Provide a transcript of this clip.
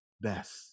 best